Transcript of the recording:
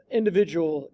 individual